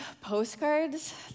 postcards